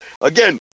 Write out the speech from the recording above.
again